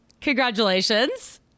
congratulations